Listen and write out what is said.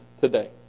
today